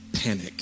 panic